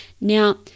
Now